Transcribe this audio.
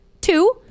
Two